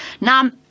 Now